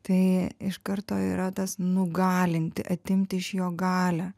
tai iš karto yra tas nugalinti atimti iš jo galią